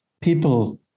people